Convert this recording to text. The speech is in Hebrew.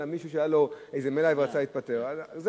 אלא מישהו היה לו מלאי והוא רצה להיפטר ממנו.